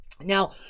Now